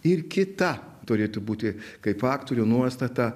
ir kita turėtų būti kaip aktorių nuostata